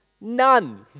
None